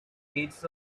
gates